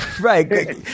Right